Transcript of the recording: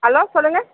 hello சொல்லுங்க